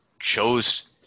chose